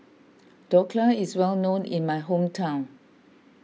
Dhokla is well known in my hometown